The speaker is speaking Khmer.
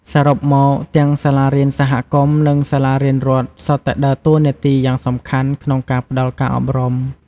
សរុបមក ទាំងសាលារៀនសហគមន៍ និងសាលារៀនរដ្ឋសុទ្ធតែដើរតួនាទីយ៉ាងសំខាន់ក្នុងការផ្ដល់ការអប់រំ។